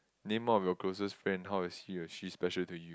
name one of your closest friend how is he or she special to you